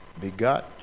begot